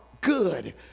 good